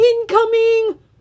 Incoming